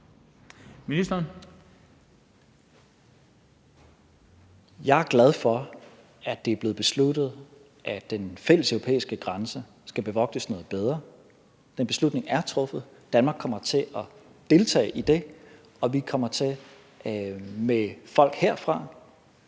besluttet, at den fælles europæiske grænse skal bevogtes noget bedre. Den beslutning er truffet. Danmark kommer til at deltage i det, og vi kommer til med folk herfra